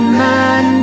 man